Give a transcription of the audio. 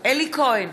אלי כהן,